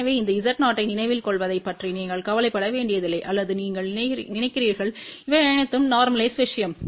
எனவே இந்த Z0 ஐநினைவில் கொள்வதைப் பற்றி நீங்கள் கவலைப்பட வேண்டியதில்லைஅல்லது நீங்கள் நினைக்கிறீர்கள் இவை அனைத்தும் நோர்மலைஸ் விஷயம்